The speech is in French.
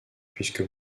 puisque